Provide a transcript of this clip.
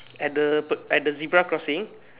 at the at the zebra crossing